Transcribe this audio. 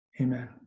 amen